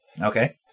Okay